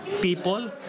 people